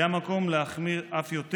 היה מקום להחמיר אף יותר.